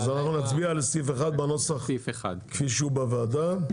אז אנחנו נצביע על סעיף 1 בנוסחו כפי שהוקרא בוועדה.